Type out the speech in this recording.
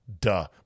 duh